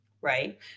right